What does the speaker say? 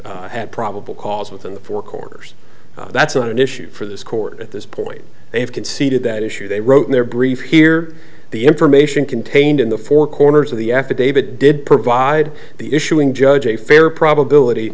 warrant had probable cause within the four corners that's not an issue for this court at this point they have conceded that issue they wrote in their brief here the information contained in the four corners of the affidavit did provide the issuing judge a fair probability